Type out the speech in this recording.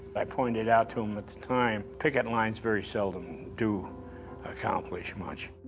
i pointed out to them at the time, picket lines very seldom do accomplish much.